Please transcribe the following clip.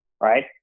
Right